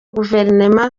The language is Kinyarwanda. guverinoma